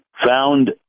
found